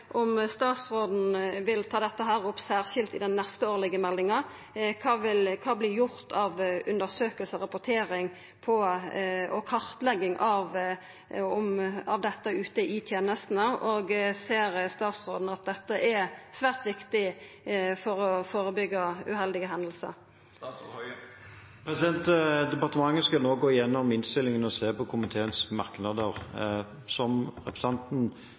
neste årlege meldinga? Kva blir gjort av undersøkingar, rapportering og kartlegging av dette ute i tenestene? Ser statsråden at dette er svært viktig for å førebyggja uheldige hendingar? Departementet skal nå gå gjennom innstillingen og se på komiteens merknader. Som representanten